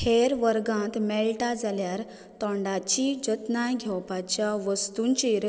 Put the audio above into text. हेर वर्गांत मेळटा जाल्यार तोंडाची जतनाय घेवपाच्या वस्तूंचेर